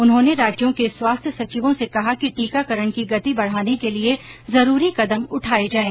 उन्होने राज्यों के स्वास्थ्य सचिवों से कहा कि टीकाकरण की गति बढाने के लिये जरूरी कदम उठाये जायें